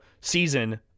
season